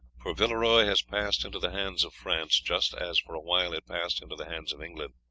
for villeroy has passed into the hands of france, just as for a while it passed into the hands of england,